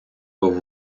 був